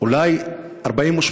אולי 48